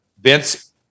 Vince